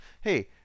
Hey